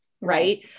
Right